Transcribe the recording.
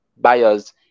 buyers